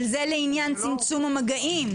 אבל זה לעניין צמצום המגעים,